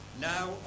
Now